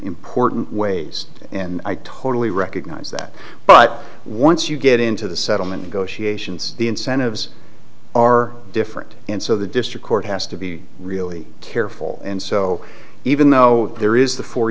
in porton ways and i totally recognize that but once you get into the settlement negotiations the incentives are different and so the district court has to be really careful and so even though there is the four